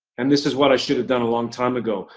and this is what i should have done a long time ago.